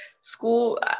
school